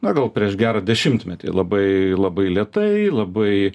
na gal prieš gerą dešimtmetį labai labai lėtai labai